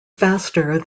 faster